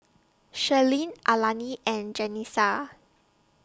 Cherilyn Alani and Janessa